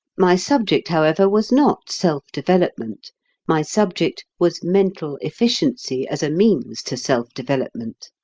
my subject, however, was not self-development my subject was mental efficiency as a means to self-development.